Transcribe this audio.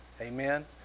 Amen